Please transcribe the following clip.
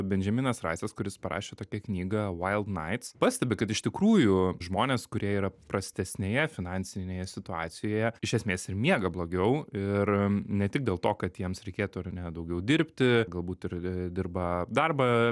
bendžeminas raisas kuris parašė tokią knygą wild nights pastebi kad iš tikrųjų žmonės kurie yra prastesnėje finansinėje situacijoje iš esmės ir miega blogiau ir ne tik dėl to kad jiems reikėtų ar ne daugiau dirbti galbūt ir dirba darbą